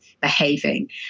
behaving